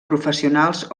professionals